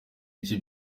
iki